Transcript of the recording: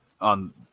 on